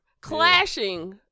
Clashing